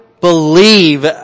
believe